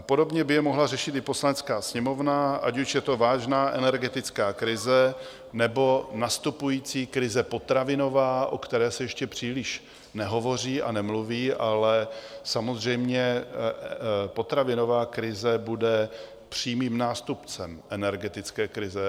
Podobně by je mohla řešit i Poslanecká sněmovna, ať už je to vážná energetická krize, nebo nastupující krize potravinová, o které se ještě příliš nehovoří a nemluví, ale samozřejmě potravinová krize bude přímým nástupcem energetické krize.